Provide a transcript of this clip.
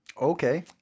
Okay